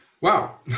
Wow